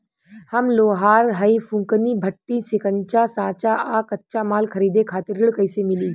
हम लोहार हईं फूंकनी भट्ठी सिंकचा सांचा आ कच्चा माल खरीदे खातिर ऋण कइसे मिली?